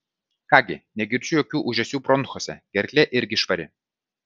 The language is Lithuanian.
ką gi negirdžiu jokių ūžesių bronchuose gerklė irgi švari